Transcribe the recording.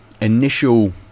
initial